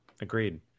agreed